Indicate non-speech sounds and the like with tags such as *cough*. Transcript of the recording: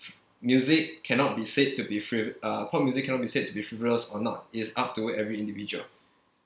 *noise* music cannot be said to be frivo~ uh pop music cannot be said to be frivolous or not it is up to every individual